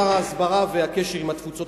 שר ההסברה והקשר עם התפוצות,